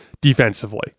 defensively